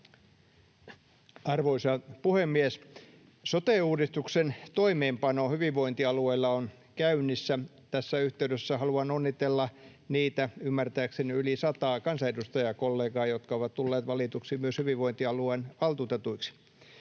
Arvoisa puhemies! Sote-uudistuksen toimeenpano hyvinvointialueilla on käynnissä. — Tässä yhteydessä haluan onnitella niitä ymmärtääkseni yli sataa kansanedustajakollegaa, jotka ovat tulleet valituiksi myös hyvinvointialueiden valtuutetuiksi.